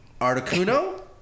Articuno